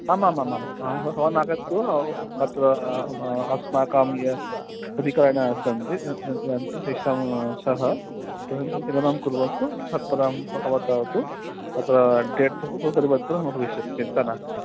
आमामामाम् आं भवानागच्छतु अत्र अस्माकं ये अधिकारिणः सन्ति तेषां सह यतो हि चिन्तनं कुर्वन्तु सत्रं भवतः तु तत् डेट् तु हु परिवर्तुं भविष्यति चिन्ता नास्ति